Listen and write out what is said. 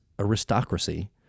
aristocracy